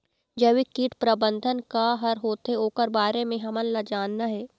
जैविक कीट प्रबंधन का हर होथे ओकर बारे मे हमन ला जानना हे?